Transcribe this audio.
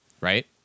Right